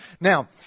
Now